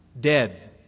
dead